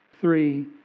three